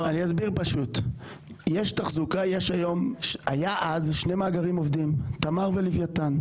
היה אז שני מאגרים עובדים, תמר ולווייתן.